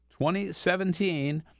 2017